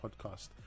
podcast